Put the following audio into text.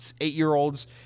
eight-year-olds